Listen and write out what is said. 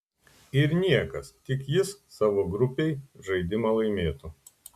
ir niekas tik jis savo grupėj žaidimą laimėtų